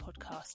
podcast